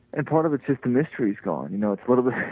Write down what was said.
and, part of its mystery is gone, you know, it's a little bit